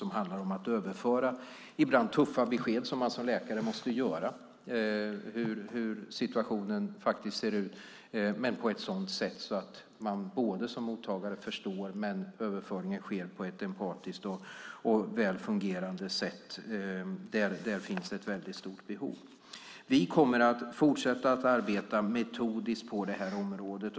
Det handlar om att överföra tuffa besked, som man som läkare måste göra, på ett sådant sätt att mottagaren förstår och att överföringen sker på ett empatiskt och väl fungerande sätt. Där finns ett stort behov. Vi kommer att fortsätta att arbeta metodiskt på området.